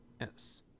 Yes